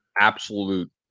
absolute